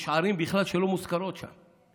יש ערים שבכלל לא מוזכרות שם,